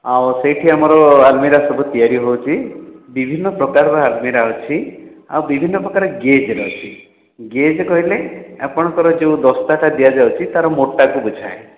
ଆଉ ସେଇଠି ଆମର ଆଲମିରା ସବୁ ତିଆରି ହେଉଛି ବିଭିନ୍ନ ପ୍ରକାରର ଆଲମିରା ଅଛି ଆଉ ବିଭିନ୍ନ ପ୍ରକାରର ଗେଜ୍ ଅଛି ଗେଜ୍ କହିଲେ ଆପଣଙ୍କର ଯେଉଁ ଦସ୍ତାଟା ଦିଆଯାଉଛି ତା ର ମୋଟାକୁ ବୁଝାଏ